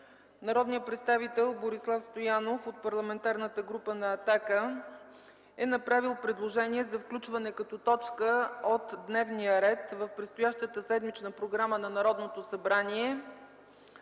народният представител Борислав Стоянов от Парламентарната група на „Атака” е направил предложение за включване като точка от дневния ред в предстоящата седмична програма на Народното събрание,